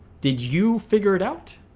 did you figure it out?